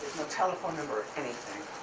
no telephone number or anything.